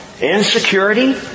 Insecurity